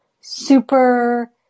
super